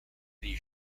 die